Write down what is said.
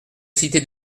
cité